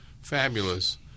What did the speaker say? fabulous